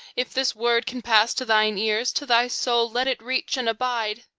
if this word can pass to thine ears, to thy soul let it reach and abide!